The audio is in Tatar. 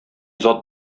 зат